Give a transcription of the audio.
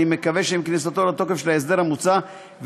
אני מקווה שעם כניסת ההסדר המוצע לתוקף